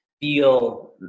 feel